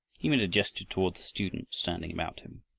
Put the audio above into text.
he made a gesture toward the students standing about him.